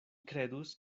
kredus